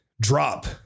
drop